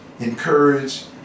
encourage